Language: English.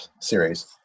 series